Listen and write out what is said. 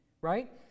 right